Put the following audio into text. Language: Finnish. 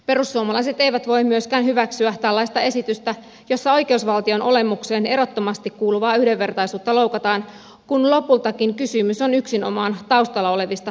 perussuomalaiset eivät voi myöskään hyväksyä tällaista esitystä jossa oikeusvaltion olemukseen erottamattomasti kuuluvaa yhdenvertaisuutta loukataan kun lopultakin kysymys on yksinomaan taustalla olevista taloudellisista syistä